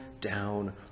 down